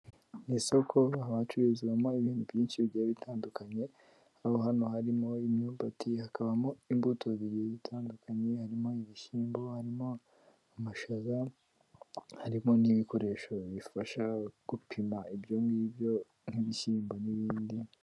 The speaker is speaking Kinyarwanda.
Mu isoko haba hacururizwamo ibintu byinshi bigiye bitandukanye, Aho hano harimo imyumbati, hakabamo imbuto zigiye zitandukanye, harimo ibishyimbo, harimo amashaza, harimo n'ibikoresho bifasha gupima ibyo ngibyo nk'ibishyimbo n'ibindi...